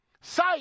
Sight